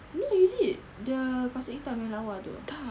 no you did the kasut hitam yang lawa tu